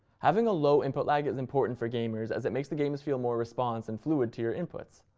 having a low input lag is important for gamers, as it makes the games feel more response and fluid to your inputs.